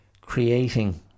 creating